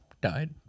died